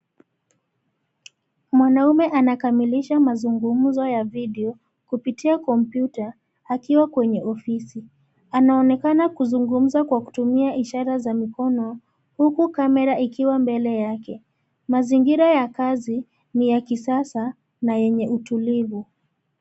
Mwanaume anakamilisha mazungumzo ya video kupitia kompyuta akiwa kwenye ofisi. Anaonekana kuzungumza kwa kutumia ishara za mikono, huku camera ikiwa mbele yake. Mazingira ya kazi ni ya kisasa na yenye utulivu.